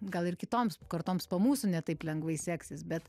gal ir kitoms kartoms po mūsų ne taip lengvai seksis bet